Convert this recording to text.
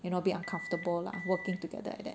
you know a bit uncomfortable lah working together like that